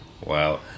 wow